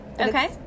okay